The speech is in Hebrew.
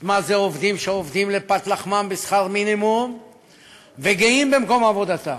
מה זה עובדים שעובדים לפת לחמם בשכר מינימום וגאים במקום עבודתם.